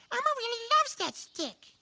elmo really loves that stick.